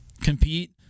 compete